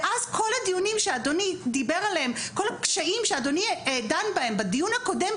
ואז כל הנושאים והקשיים שאדוני דן בהם בדיון הקודם,